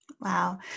Wow